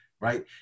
right